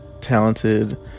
talented